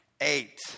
eight